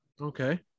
okay